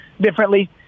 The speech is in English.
differently